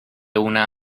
una